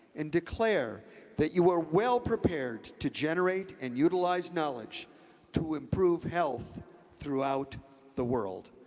and declare that you are well prepared to generate and utilize knowledge to improve health throughout the world.